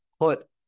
put